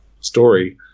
story